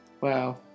Wow